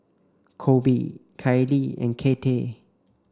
Colby Kylee and Kathey